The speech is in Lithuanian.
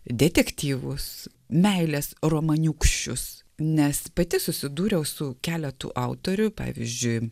detektyvus meilės romaniūkščius nes pati susidūriau su keletu autorių pavyzdžiui